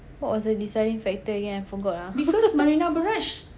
what was the deciding factor again I forgot ah